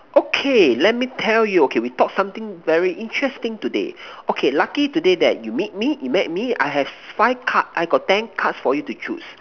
okay let me tell you okay we talk something very interesting today okay lucky today that you meet me you met I have five card I got ten cards for you to choose